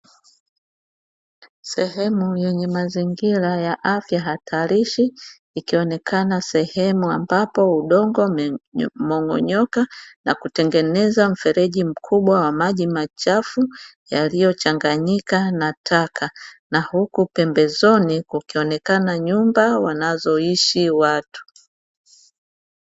Sehemu yenye mazingira ya afya hatarishi, ikionekana sehemu ambapo udongo umemong'onyoka, na kutengeneza mfereji mkubwa wa maji machafu, yaliyochanganyika na taka. Na huku pembezoni, kukionekana nyumba wanazoishi watu.